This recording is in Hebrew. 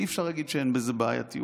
ואי-אפשר להגיד שאין בזה בעייתיות.